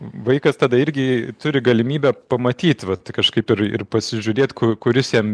vaikas tada irgi turi galimybę pamatyt vat kažkaip ir ir pasižiūrėt kur kuris jam